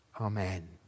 Amen